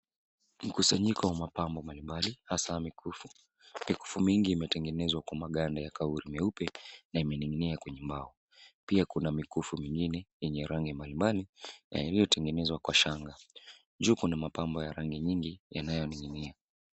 Mikusanyiko wa mapambo mbalimbali hasa mikufu. Mikufu mingi imetengenezwa kwa maganda ya kauri meupe na imening'inia kwenye mbao. Pia kuna mikufu mingine yenye rangi mbalimbali yaliyotengenezwa kwa shanga. Juu kuna mapambo ya rangi nyingi yanayoning'inia.